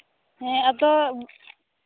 ᱦᱮᱸ ᱟᱫᱚ